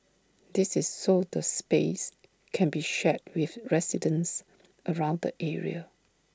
this is so the space can be shared with residents around the area